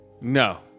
No